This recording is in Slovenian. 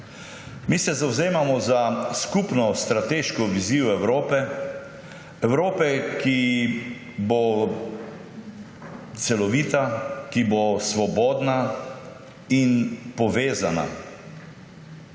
Mi se zavzemamo za skupno strateško vizijo Evrope, Evrope, ki bo celovita, ki bo svobodna in povezana